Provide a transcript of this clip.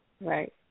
right